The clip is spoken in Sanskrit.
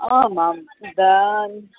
आम् आम् इदानीम्